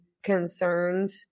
concerned